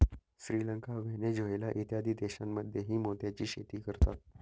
Sri Lanka, Venezuela इत्यादी देशांमध्येही मोत्याची शेती करतात